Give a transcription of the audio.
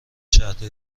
شهر